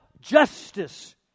justice